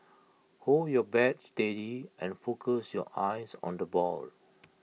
hold your bat steady and focus your eyes on the ball